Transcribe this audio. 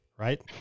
right